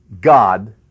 God